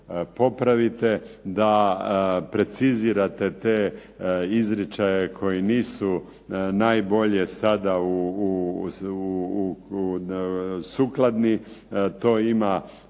popravite da precizirate te izričaje koji nisu najbolje sada sukladni. To ima